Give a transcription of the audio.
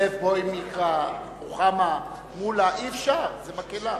זאב בוים יקרא, רוחמה, מולה, אי-אפשר, זאת מקהלה.